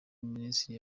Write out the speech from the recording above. minisitiri